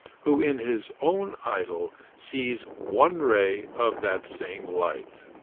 who in his own idol sees one ray of that same light.